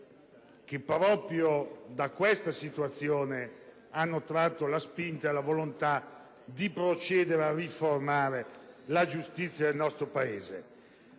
che proprio da questa situazione hanno tratto la spinta e la volontà di procedere a riformare la giustizia nel nostro Paese.